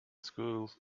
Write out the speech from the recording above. schools